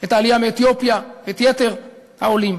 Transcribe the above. את העלייה מאתיופיה, את יתר העולים,